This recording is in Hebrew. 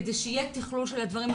כדי שיהיה תכלול של הדברים.